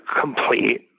complete